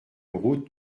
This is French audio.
route